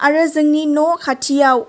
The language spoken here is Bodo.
आरो जोंनि न' खाथियाव